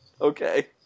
Okay